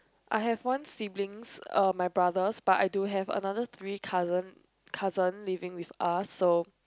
I have one siblings uh my brothers but I do have another three cousin cousin living with us so